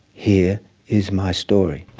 here is my story.